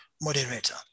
moderator